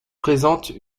présente